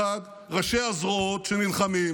1. ראשי הזרועות שנלחמים